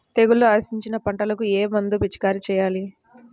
తెగుళ్లు ఆశించిన పంటలకు ఏ మందు పిచికారీ చేయాలి?